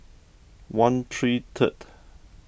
one three third